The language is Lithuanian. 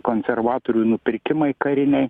konservatorių nupirkimai kariniai